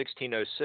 1606